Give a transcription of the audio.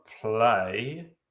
play